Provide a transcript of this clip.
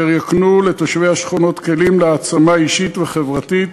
אשר יקנו לתושבי השכונות כלים להעצמה אישית וחברתית